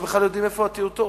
שבכלל יודעים איפה הטיוטות.